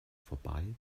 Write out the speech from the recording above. vorbei